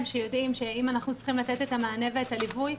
שיודעים שאם אנחנו צריכים לתת את המענה ואת הליווי.